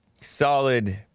solid